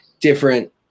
different